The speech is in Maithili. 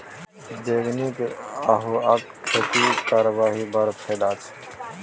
बैंगनी अल्हुआक खेती करबिही बड़ फायदा छै